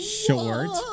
short